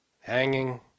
hanging